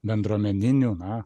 bendruomeninių na